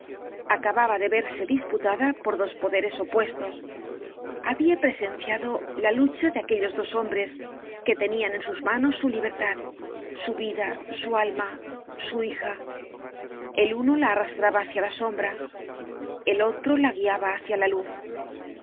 acababa de verse disputada por dos poderes opuestos habia presenciado la lucha de aquellos dos hombres que tenian en sus manos su libertad su vida su alma su hija el uno la arrastraba hácia la sombra el otro la guiaba hácia la luz